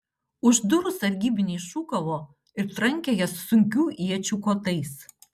už durų sargybiniai šūkavo ir trankė jas sunkių iečių kotais